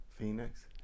Phoenix